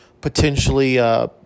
potentially –